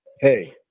Hey